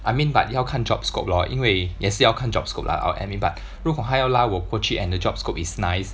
I mean but 要看 job scope lor 因为也是要看 job scope lah I'll admit but 如果他要拉我过去 and the job scope is nice